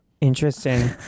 interesting